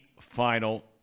final